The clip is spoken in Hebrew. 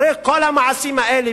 אחרי כל המעשים האלה.